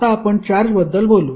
आता आपण चार्ज बद्दल बोलू